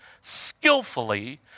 skillfully